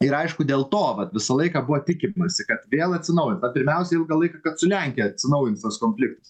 ir aišku dėl to vat visą laiką buvo tikimasi kad vėl atsinaujin pirmiausiai ilgą laiką kad su lenkija atsinaujins tas konfliktas